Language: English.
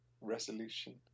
resolution